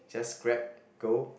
just grab go